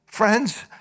Friends